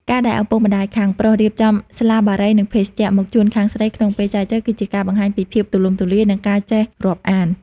ការដែលឪពុកម្ដាយខាងប្រុសរៀបចំ "ស្លាបារី និងភេសជ្ជៈ" មកជូនខាងស្រីក្នុងពេលចែចូវ គឺជាការបង្ហាញពីភាពទូលំទូលាយ និងការចេះរាប់អាន។